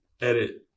edit